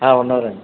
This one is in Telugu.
ఉన్నారు అండి